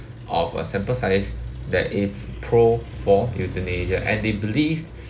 of a sample size that it's pro for euthanasia and they believe